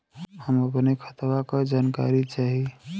हम अपने खतवा क जानकारी चाही?